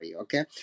Okay